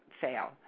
fail